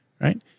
Right